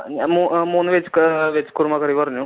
ഞ മൂ മൂന്ന് വെജ്ജ് കാ വെജ്ജ് കുറുമ കറി പറഞ്ഞു